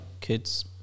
kids